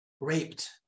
raped